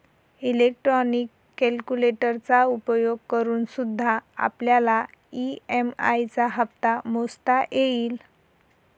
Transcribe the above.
electronic कैलकुलेटरचा उपयोग करूनसुद्धा आपल्याला ई.एम.आई चा हप्ता मोजता येईल